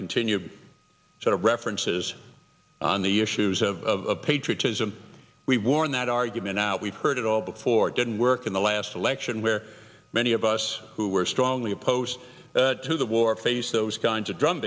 continued sort of references on the issues of patriotism we warn that argument now we've heard it all before didn't work in the last election where many of us who were strongly opposed to the war face those kinds of dru